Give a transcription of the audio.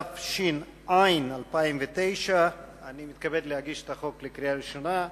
התש"ע 2009. אני מתכבד להגיש את הצעת החוק לקריאה ראשונה.